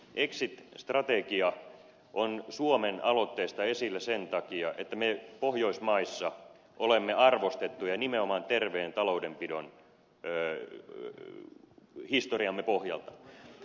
exit strategia on suomen aloitteesta esillä sen takia että me pohjoismaissa olemme arvostettuja nimenomaan terveen taloudenpidon historiamme pohjalta